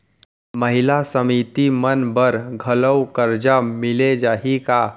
महिला समिति मन बर घलो करजा मिले जाही का?